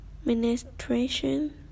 Administration